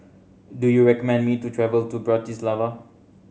do you recommend me to travel to Bratislava